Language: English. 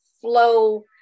flow